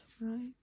right